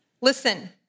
Listen